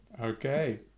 okay